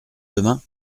demain